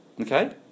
Okay